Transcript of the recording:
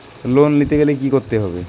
Loan নিতে গেলে কি করতে হবে?